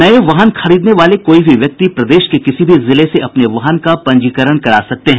नये वाहन खरीदने वाले कोई भी व्यक्ति प्रदेश के किसी भी जिले से अपने वाहन की पंजीकरण करा सकते हैं